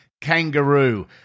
kangaroo